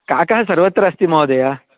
काकः सर्वत्र अस्ति महोदय